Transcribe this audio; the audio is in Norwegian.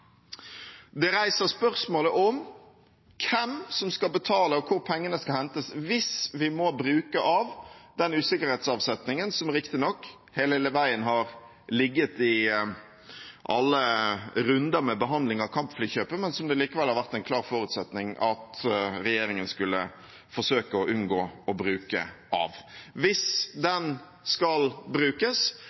Det reiser spørsmålet om hvem som skal betale, og hvor pengene skal hentes, hvis vi må bruke av den usikkerhetsavsetningen som riktignok hele veien har ligget i alle runder med behandling av kampflykjøpet, men som det likevel har vært en klar forutsetning at regjeringen skulle forsøke å unngå å bruke av. Hvis den skal brukes,